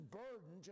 burden